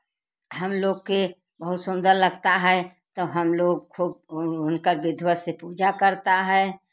हम लोग के बहुत सुंदर लगता है तो हम लोग उनका विधिवत से पूजा करते हैं